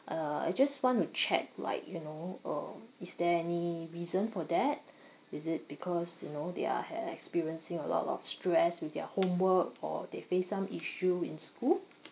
uh I just want to check right you know um is there any reason for that is it because you know they are ha~ experiencing a lot of stress with their homework or they face some issue in school